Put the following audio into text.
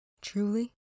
Truly